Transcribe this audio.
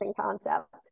concept